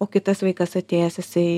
o kitas vaikas atėjęs jisai